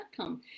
outcome